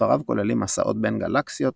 ספריו כוללים מסעות בין גלקסיות,